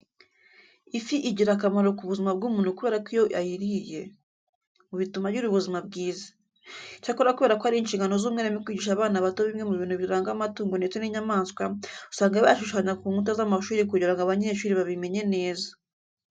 Ifi igira akamaro ku buzima bw'umuntu kubera ko iyo ayiriye bituma agira ubuzima bwiza. Icyakora kubera ko ari inshingano z'umwarimu kwigisha abana bato bimwe mu bintu biranga amatungo ndetse n'inyamaswa, usanga bayashushanya ku nkuta z'amashuri kugira ngo abanyeshuri babimenye neza.